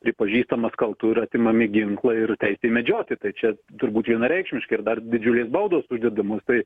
pripažįstamas kaltu ir atimami ginklai ir teisė medžioti tai čia turbūt vienareikšmiškai ir dar didžiulės baudos uždedamos tai